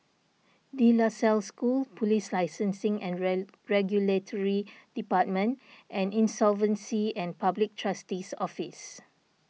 De La Salle School Police Licensing and Regulatory Department and Insolvency and Public Trustee's Office